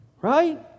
right